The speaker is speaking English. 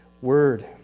Word